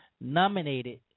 nominated